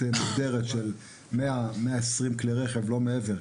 מדובר על 120 כלי רכב לכל היותר.